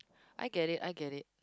I get it I get it